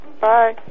Bye